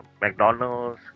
McDonald's